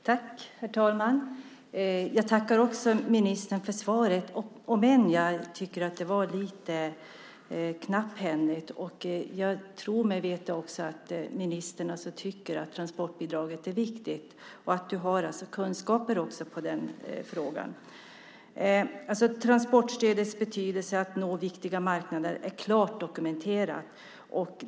Herr talman! Jag tackar också ministern för svaret även om jag tycker att det var lite knapphändigt. Jag tror mig också veta att ministern tycker att transportbidraget är viktigt och också har kunskaper i den frågan. Transportstödets betydelse för att nå viktiga marknader är klart dokumenterad.